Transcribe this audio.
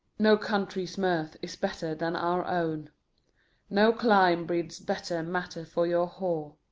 no country's mirth is better than our own no clime breeds better matter for your whore,